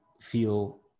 feel